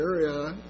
area